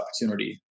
opportunity